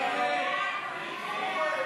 ההצעה